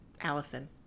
Allison